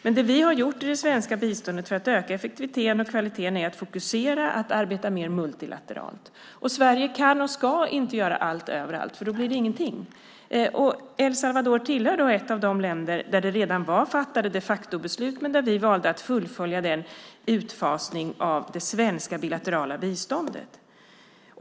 För att öka effektiviteten och kvaliteten i det svenska biståndet har vi fokuserat och arbetat mer multilateralt. Sverige kan och ska inte göra allt överallt, för då blir det ingenting. El Salvador är ett av de länder där det redan fanns fattade de facto-beslut men där vi valde att fullfölja utfasningen av det svenska bilaterala biståndet.